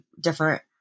different